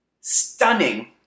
Stunning